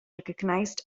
recognized